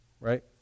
Right